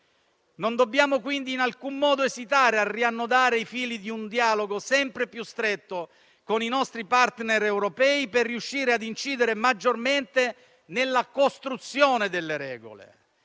Non dobbiamo quindi in alcun modo esitare a riannodare i fili di un dialogo sempre più stretto con i nostri *partner* europei, per riuscire ad incidere maggiormente nella costruzione delle regole,